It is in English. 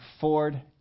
Ford